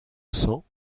cents